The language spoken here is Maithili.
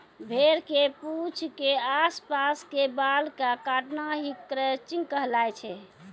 भेड़ के पूंछ के आस पास के बाल कॅ काटना हीं क्रचिंग कहलाय छै